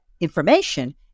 information